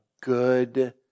good